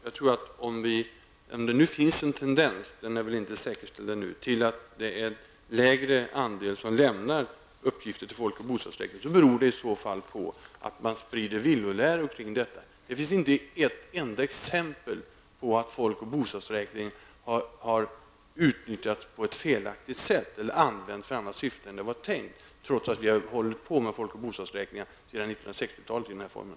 Fru talman! Om det finns en tendens, den är väl inte säkerställd ännu, till att det är en lägre andel svarande som lämnar uppgifter till folk och bostadsräkningen beror det i så fall på att det sprids villoläror kring detta. Det finns inte ett enda exempel på att folk och bostadsräkningen har utnyttjats på ett felaktigt sätt eller använts för andra syften än vad som var tänkt. Detta trots att vi har haft folk och bostadsräkningar i den här formen sedan 60-talet.